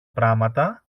πράματα